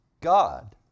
God